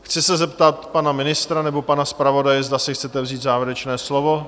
Chci se zeptat pana ministra nebo pana zpravodaje, zda si chcete vzít závěrečné slovo.